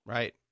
Right